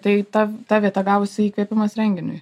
tai ta ta vieta gavosi įkvėpimas renginiui